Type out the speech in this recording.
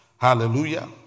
Hallelujah